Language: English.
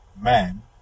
man